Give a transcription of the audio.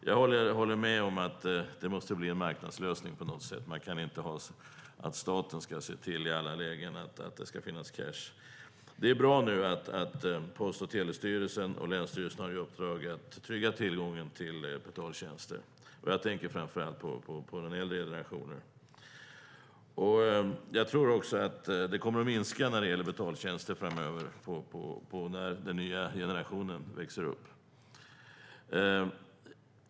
Jag håller med om att det måste bli en marknadslösning på något sätt. Staten kan inte i alla lägen se till att det ska finnas cash. Det är bra att Post och telestyrelsen och länsstyrelserna nu har i uppdrag att trygga tillgången till betaltjänster. Jag tänker då framför allt på den äldre generationen. Jag tror också att betaltjänsterna kommer att minska framöver när den nya generationen växer upp.